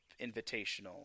Invitational